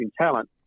talent